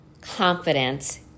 confidence